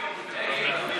ההצעה